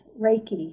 Reiki